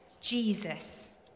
Jesus